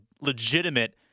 legitimate